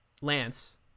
Lance